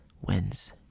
wins